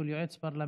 כל יועץ פרלמנטרי,